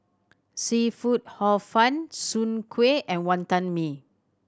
seafood Hor Fun Soon Kueh and Wantan Mee